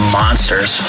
monsters